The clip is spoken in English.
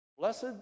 Blessed